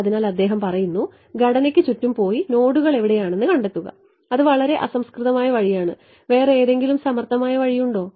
അതിനാൽ അദ്ദേഹം പറയുന്നു ഘടനയ്ക്ക് ചുറ്റും പോയി നോഡുകൾ എവിടെയാണെന്ന് കണ്ടെത്തുക അത് വളരെ അസംസ്കൃതമായ വഴിയാണ് വേറെന്തെങ്കിലും സമർഥമായ വഴിയുണ്ടോ